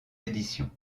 éditions